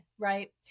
right